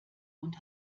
und